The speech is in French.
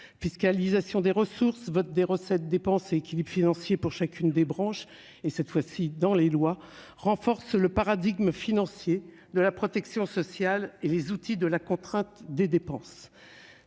fiscalisation des ressources, vote des recettes et dépenses, équilibre financier de chacune des branches -renforce le paradigme financier de la protection sociale et les outils de la contrainte des dépenses.